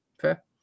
Fair